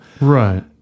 Right